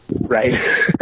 Right